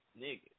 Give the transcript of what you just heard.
Nigga